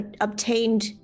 obtained